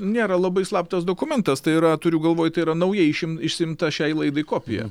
nėra labai slaptas dokumentas tai yra turiu galvoj tai yra nauja išim išsiimta šiai laidai kopija